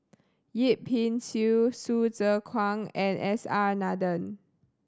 Yip Pin Xiu Hsu Tse Kwang and S R Nathan